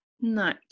no